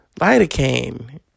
Lidocaine